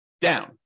down